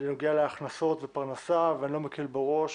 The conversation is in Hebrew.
בנוגע להכנסות ופרנסה ואני לא מקל בו ראש,